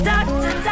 Doctor